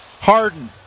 Harden